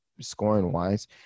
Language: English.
scoring-wise